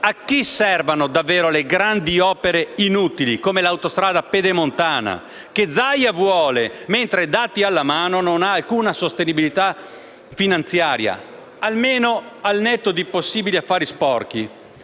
a chi servano davvero le grandi opere inutili, come l'autostrada Pedemontana che Zaia vuole, mentre (dati alla mano) non ha alcuna sostenibilità finanziaria, almeno al netto di possibili affari sporchi.